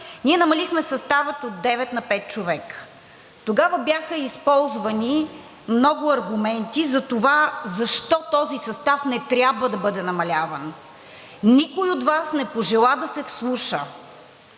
ние намалихме състава от девет на пет човека. Тогава бяха използвани много аргументи за това защо този състав не трябва да бъде намаляван, но никой от Вас не пожела да се вслуша.